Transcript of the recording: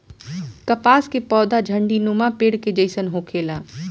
कपास के पौधा झण्डीनुमा पेड़ के जइसन होखेला